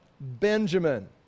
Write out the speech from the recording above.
Benjamin